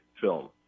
film